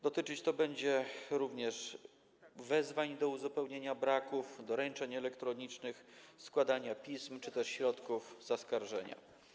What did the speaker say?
Dotyczyć to będzie również wezwań do uzupełnienia braków, doręczeń elektronicznych, składania pism czy też środków zaskarżenia.